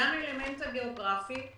גם האלמנט הגיאוגרפי,